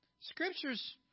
Scriptures